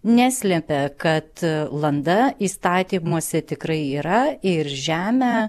neslepia kad landa įstatymuose tikrai yra ir žemę